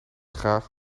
graag